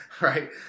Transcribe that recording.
right